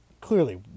clearly